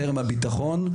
יותר מהביטחון,